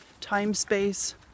time-space